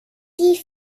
die